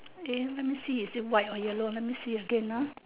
eh let me see is it white or yellow let me see again ah